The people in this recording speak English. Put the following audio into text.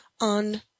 on